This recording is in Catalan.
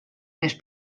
més